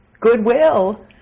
goodwill